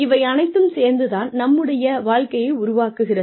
இவை அனைத்தும் சேர்ந்து தான் நம்முடைய வாழ்க்கையை உருவாக்குகிறது